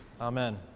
Amen